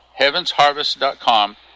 HeavensHarvest.com